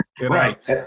Right